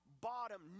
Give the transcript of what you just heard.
bottom